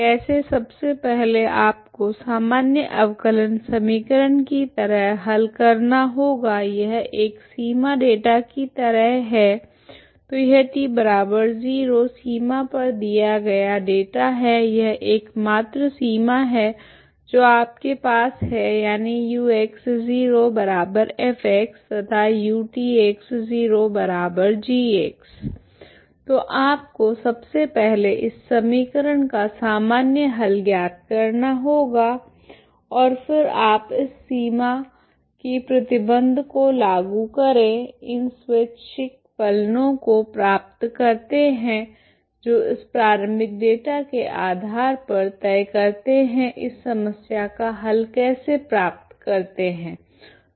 कैसे सबसे पहले आपको सामान्य अवकलन समीकरण की तरह हल करना होगा यह एक सीमा डेटा की तरह है तो यह t0 सीमा पर दिया गया डेटा है यह एकमात्र सीमा है जो आपके पास है यानी ux0f तथा utx0g तो आपको सबसे पहले इस समीकरण का सामान्य हल ज्ञात करना होगा और फिर आप इस सीमा की प्रतिबंध को लागू करे इन स्वेच्छिक फलनों को प्राप्त करते हैं जो इस प्रारंभिक डेटा के आधार पर तय करते हैं इस समस्या का हल कैसे प्राप्त करते हैं